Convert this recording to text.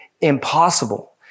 impossible